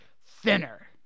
thinner